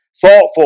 thoughtful